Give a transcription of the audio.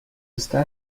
está